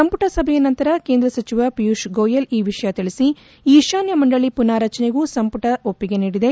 ಸಂಪುಟ ಸಭೆಯ ನಂತರ ಕೇಂದ್ರ ಸಚಿವ ಪಿಯೂಷ್ ಗೋಯಲ್ ಈ ವಿಷಯ ತಿಳಿಸಿ ಈಶಾನ್ನ ಮಂಡಳಿ ಪುನಾರಚನೆಗೂ ಸಂಪುಟ ಒಪ್ಪಿಗೆ ನೀಡಿದೆ